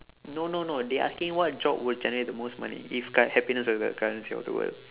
no no no they asking what job would generate the most money if like happiness were the currency of the world